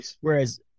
whereas